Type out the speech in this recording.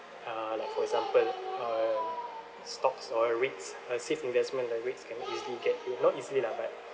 uh like for example uh stocks or R_E_I_T uh safe investment like R_E_I_T can easily get it not easily lah but